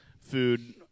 food